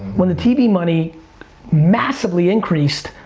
when the tv money massively increased,